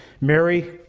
Mary